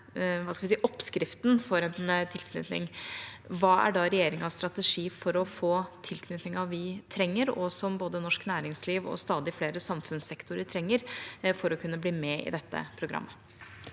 hva er da regjeringas strategi for å få tilknytningen vi trenger, og som både norsk næringsliv og stadig flere samfunnssektorer trenger, for å kunne bli med i dette programmet?